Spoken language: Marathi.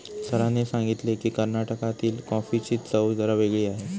सरांनी सांगितले की, कर्नाटकातील कॉफीची चव जरा वेगळी आहे